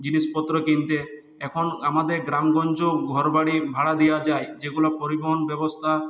জিনিসপত্র কিনতে এখন আমাদের গ্রাম গঞ্জ ঘর বাড়ি ভাড়া দেওয়া যায় যেগুলো পরিবহন ব্যবস্থা